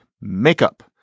makeup